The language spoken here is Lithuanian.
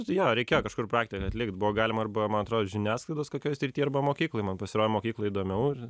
jo reikėjo kažkur praktinį atlikt buvo galima arba man atrodo žiniasklaidos kokioj srity arba mokykloj man pasirodė mokykloj įdomiau ir